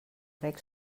reg